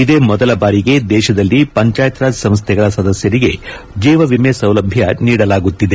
ಇದೇ ಮೊದಲ ಬಾರಿಗೆ ದೇಶದಲ್ಲಿ ಪಂಚಾಯತ್ ರಾಜ್ ಸಂಸ್ಥೆಗಳ ಸದಸ್ಥರಿಗೆ ಜೀವ ವಿಮೆ ಸೌಲಭ್ಯ ನೀಡಲಾಗುತ್ತಿದೆ